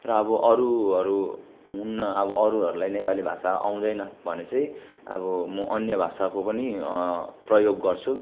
र अब अरूहरू हुन्न अब अरूहरूलाई नेपाली भाषा आउँदैन भने चाहिँ अब म अन्य भाषाको पनि प्रयोग गर्छु